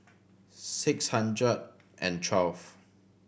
six hundred and twelve